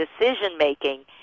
decision-making